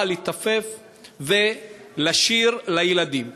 באה לתופף ולשיר לילדים.